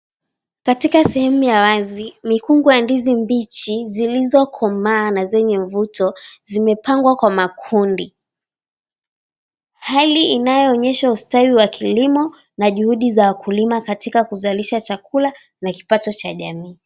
Katika sehemu ya wazi mikungu ya ndizi mbichi zilizokomaa na zenye mvuto zimepangwa kwa makundi, hali inayoonyesha ustawi wa kilimo na juhudi za wakulima katika kuzalisha chakula na kipato cha jamii.